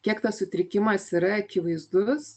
kiek tas sutrikimas yra akivaizdus